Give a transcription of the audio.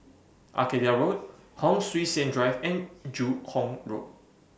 Arcadia Road Hon Sui Sen Drive and Joo Hong Road